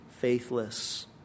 faithless